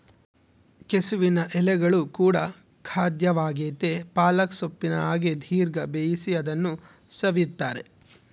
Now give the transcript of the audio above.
ಕೆಸುವಿನ ಎಲೆಗಳು ಕೂಡ ಖಾದ್ಯವಾಗೆತೇ ಪಾಲಕ್ ಸೊಪ್ಪಿನ ಹಾಗೆ ದೀರ್ಘ ಬೇಯಿಸಿ ಅದನ್ನು ಸವಿಯುತ್ತಾರೆ